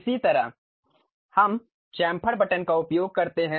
इसी तरह हम चैम्फर बटन का उपयोग करते हैं